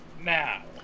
Now